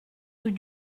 rue